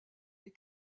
les